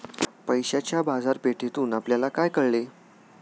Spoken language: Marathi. पैशाच्या बाजारपेठेतून आपल्याला काय कळले?